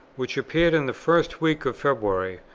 which appeared in the first weeks of february,